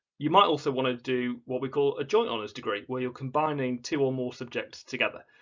you might also want to do what we call a joint honours degree, where you're combining two or more subjects together.